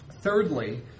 Thirdly